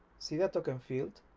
see that token field?